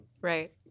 right